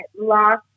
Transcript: last